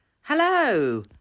Hello